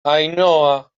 ainhoa